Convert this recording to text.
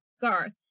Garth